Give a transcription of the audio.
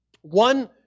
One